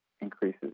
increases